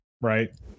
right